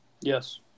Yes